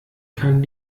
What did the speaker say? kann